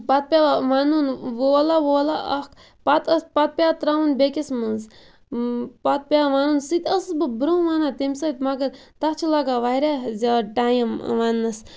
پَتہٕ پیٚوان وَنُن وولہَ وولہَ اکھ پَتہٕ ٲس پَتہٕ پیٚوان تراوُن بیٚکِس مَنٛز پَتہٕ پیٚوان وَنُن سُہ تہِ ٲسٕس بہٕ برونٛہہ وونان تمہِ سۭتۍ مَگَر تتھ چھُ لَگان واریاہ زیادٕ ٹایم وَننَس